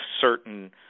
certain